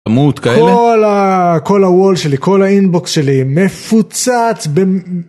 כאלה? -כל ה... כל הוול שלי, כל האינבוקס שלי, מפוצץ במ...